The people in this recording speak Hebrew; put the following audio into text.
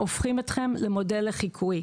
הופכות אתכם למודל לחיקוי.